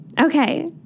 Okay